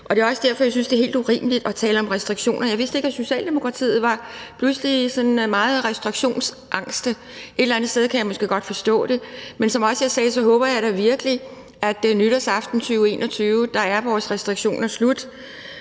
Det er også derfor, jeg synes det er helt urimeligt at tale om restriktioner – jeg vidste ikke, at man i Socialdemokratiet pludselig var sådan meget restriktionsangste, selv om jeg måske et eller andet sted godt kan forstå det. Men som jeg også sagde, håber jeg da virkelig, at vores restriktioner er slut